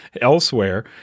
elsewhere